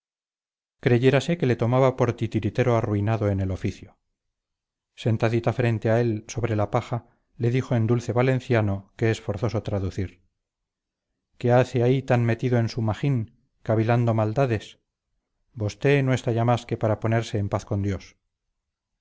creyérase que le tomaba por titiritero arruinado en el oficio sentadita frente a él sobre la paja le dijo en dulce valenciano que es forzoso traducir qué hace ahí tan metido en su magín cavilando maldades vosténo está ya más que para ponerse en paz con dios